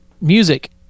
music